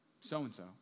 so-and-so